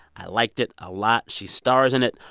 i liked it a lot. she stars in it.